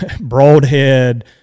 broadhead